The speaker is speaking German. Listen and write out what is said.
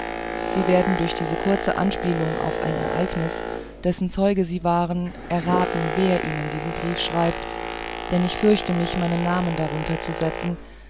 sie werden durch diese kurze anspielung auf ein ereignis dessen zeuge sie waren erraten wer ihnen diesen brief schreibt denn ich fürchte mich meinen namen darunter zu setzen